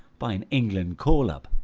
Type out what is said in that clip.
by an england call-up,